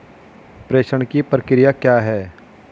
प्रेषण की प्रक्रिया क्या है?